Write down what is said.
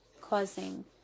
causing